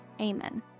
Amen